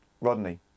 Rodney